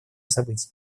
событий